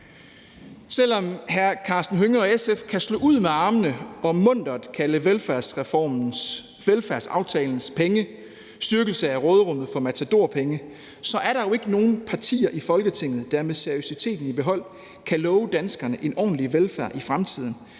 Selv om hr. Karsten Hønge og SF kan slå ud med armene og muntert kalde velfærdsaftalens penge for styrkelse af råderummet for matadorpenge, er der jo ikke nogen partier i Folketinget, der med seriøsiteten i behold kan love danskerne en ordentlig velfærd i fremtiden,